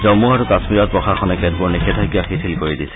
জম্মু আৰু কাশ্মীৰত প্ৰশাসনে আৰু কেতবোৰ নিষেধাজ্ঞা শিথিল কৰি দিছে